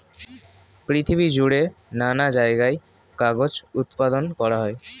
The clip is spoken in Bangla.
পৃথিবী জুড়ে নানা জায়গায় কাগজ উৎপাদন করা হয়